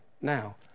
now